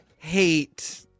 hate